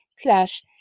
Slash